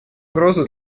угрозу